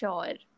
sure